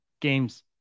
games